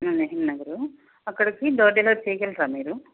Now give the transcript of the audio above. నెహ్రూ నగరు అక్కడకి door delivery చేయగలరా మీరు